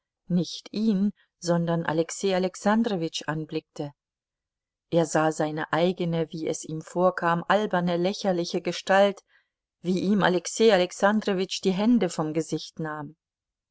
nicht ihn sondern alexei alexandrowitsch anblickte er sah seine eigene wie es ihm vorkam alberne lächerliche gestalt wie ihm alexei alexandrowitsch die hände vom gesicht nahm